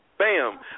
Bam